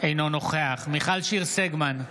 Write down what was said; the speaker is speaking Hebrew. אינו נוכח מיכל שיר סגמן,